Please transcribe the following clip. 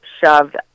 shoved